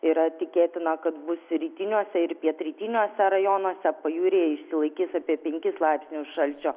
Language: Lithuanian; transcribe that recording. yra tikėtina kad bus rytiniuose ir pietrytiniuose rajonuose pajūryje išsilaikys apie penkis laipsnius šalčio